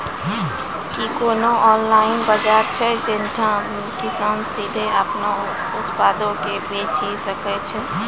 कि कोनो ऑनलाइन बजार छै जैठां किसान सीधे अपनो उत्पादो के बेची सकै छै?